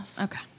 Okay